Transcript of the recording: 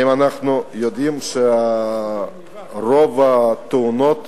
האם אנחנו יודעים שאת רוב התאונות